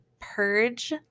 purge